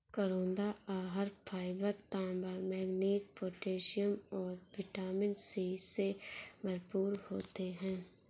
करौंदा आहार फाइबर, तांबा, मैंगनीज, पोटेशियम और विटामिन सी से भरपूर होते हैं